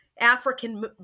African